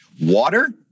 Water